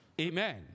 Amen